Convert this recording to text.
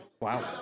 Wow